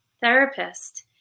therapist